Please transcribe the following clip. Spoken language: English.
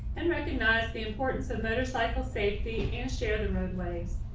and recognize the importance of motorcycle safety and share the roadways.